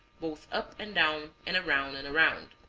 both up and down and around and around.